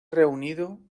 reunido